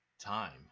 time